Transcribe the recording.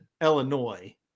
Illinois